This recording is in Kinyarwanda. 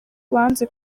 banze